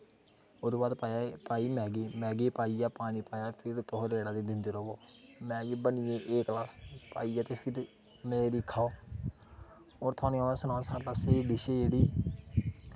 ओह्दे बाद पाई मैह्गी पाइयै पानी पाया ते तुस रेड़ा दिंदे र'वो मैह्गी बनी गेई ए कलास ते पाइयै फिर मजे दी खाओ होर थोआनू सनाना चांह्ना कि ऐसी डिश्स जेह्ड़ी